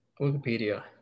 Wikipedia